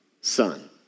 son